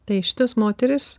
tai šitas moteris